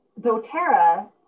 doTERRA